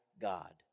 God